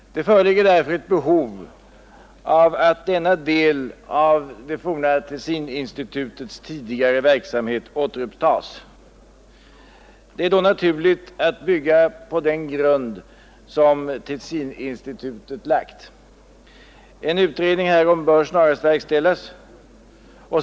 Det föreligger därför ett behov av att denna del av det forna Tessininstitutets tidigare verksamhet återupptas. Det är då naturligt att bygga på den grund som Tessininstitutet lagt. En utredning härom bör snarast verkställas.